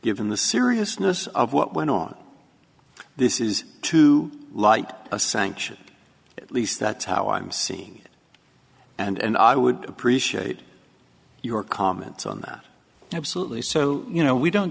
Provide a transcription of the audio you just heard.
given the seriousness of what went on this is to light a sanction at least that's how i'm seeing it and i would appreciate your comments on that absolutely so you know we don't